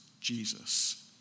Jesus